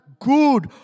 good